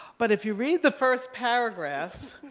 but if you read the first paragraph,